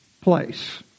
place